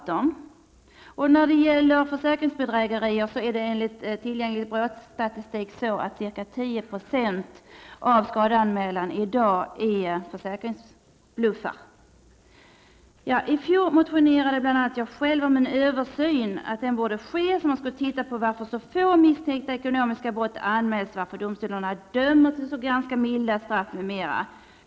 10 % av skadeanmälningarna gäller försäkringsbluffar, enligt tillgänglig statistik. I fjol motionerade bl.a. jag själv om att en översyn borde ske, där man t.ex. skulle undersöka varför så få misstänkta ekonomiska brott anmäls, varför domstolarna dömer till ganska milda straff m.m.